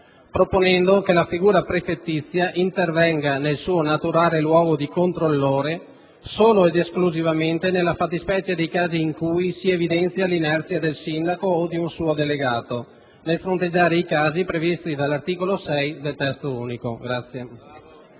proponendo che la figura prefettizia intervenga nel suo naturale ruolo di controllore solo ed esclusivamente nelle fattispecie in cui si evidenzia l'inerzia del sindaco o di un suo delegato nel fronteggiare i casi previsti dall'articolo 6 del Testo unico.